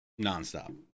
nonstop